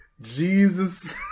Jesus